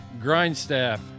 Grindstaff